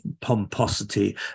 pomposity